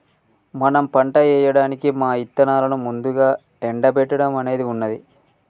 మనం పంట ఏయడానికి మా ఇత్తనాలను ముందుగా ఎండబెట్టడం అనేది ఉన్నది